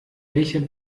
welcher